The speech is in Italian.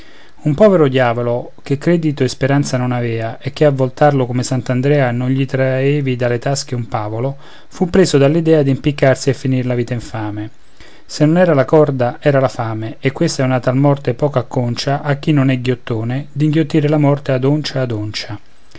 un povero diavolo che credito e speranza non avea e che a voltarlo come sant'andrea non gli traevi dalle tasche un pavolo fu preso dall'idea d'impiccarsi e finir la vita infame se non era la corda era la fame e questa è una tal morte poco acconcia a chi non è ghiottone d'inghiottire la morte ad oncia ad oncia